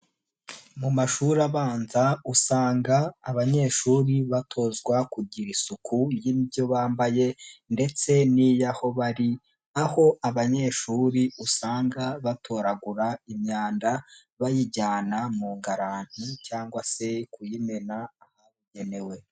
Mu mashuri abanza usanga abanyeshuri batozwa kugira isuku y'ibyo bambaye ndetse n'iy'aho bari, aho abanyeshuri usanga batoragura imyanda bayijyana mu garani, cyangwa se kuyimena ahabugenewe.